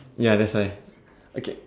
ya that's why okay